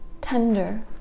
tender